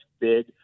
big